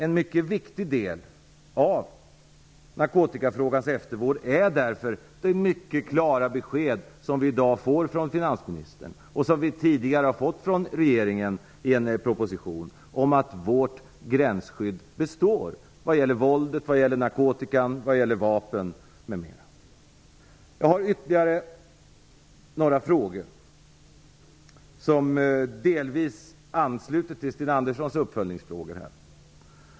En mycket viktig del av narkotikafrågans eftervård är därför det mycket klara besked som vi i dag får från finansministern, och som vi tidigare har fått från regeringen i en proposition, om att vårt gränsskydd består vad gäller våldet, narkotikan, vapen, m.m. Jag har ytterligare några frågor som delvis ansluter till Sten Anderssons uppföljningsfrågor.